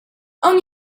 hawn